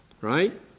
Right